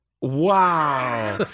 Wow